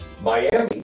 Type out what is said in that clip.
Miami